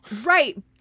Right